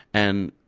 and